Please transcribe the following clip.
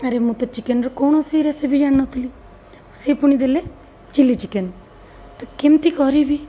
ଆରେ ମୁଁ ତ ଚିକେନ୍ର କୌଣସି ରେସିପି ଜାଣିନଥିଲି ସେ ପୁଣି ଦେଲେ ଚିଲ୍ଲି ଚିକେନ୍ କେମିତି କରିବି